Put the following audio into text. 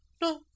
No